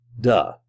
Duh